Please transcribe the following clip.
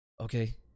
okay